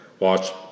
watch